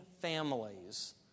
families